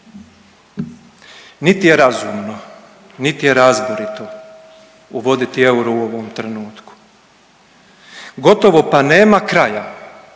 Niti je razumno, niti je razborito uvoditi euro u ovom trenutku, gotovo pa nema kraja